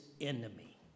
enemy